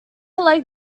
like